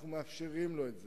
אנחנו מאפשרים לו את זה,